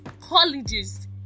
colleges